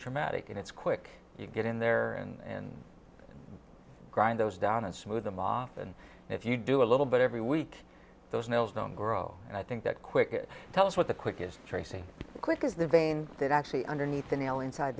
traumatic and it's quick you get in there and grind those down and smooth them off and if you do a little bit every week those nails don't grow and i think that quick it tell us what the quick is tracing quick is the vein that actually underneath the nail inside